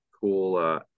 cool